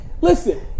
listen